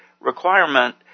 requirement